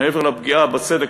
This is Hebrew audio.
מעבר לפגיעה בצדק,